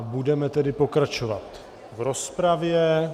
Budeme tedy pokračovat v rozpravě.